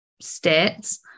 states